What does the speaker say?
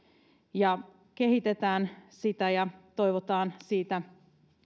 ja kehitetään sitä ja toivotaan siitä